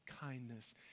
kindness